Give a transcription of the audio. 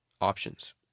options